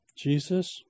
Jesus